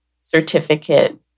certificate